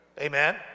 Amen